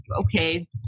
okay